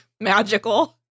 magical